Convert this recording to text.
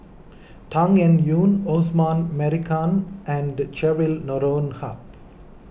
Tan Eng Yoon Osman Merican and Cheryl Noronha